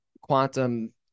quantum